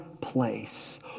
place